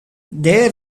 there